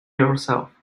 yourself